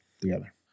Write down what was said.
together